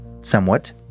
somewhat